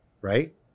right